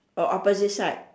orh opposite side